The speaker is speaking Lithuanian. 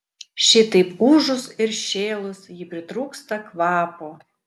šitaip ūžus ir šėlus ji pritrūksta kvapo